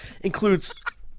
Includes